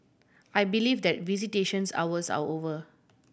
I believe that visitation hours are over